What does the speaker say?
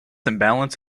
imbalance